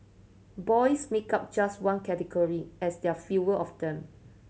boys make up just one category as there are fewer of them